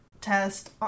test